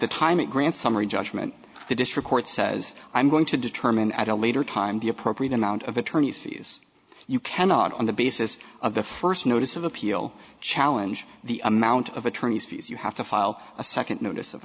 the time it grants summary judgment the district court says i'm going to determine at a later time the appropriate amount of attorney's fees you cannot on the basis of the first notice of appeal challenge the amount of attorney's fees you have to file a second notice of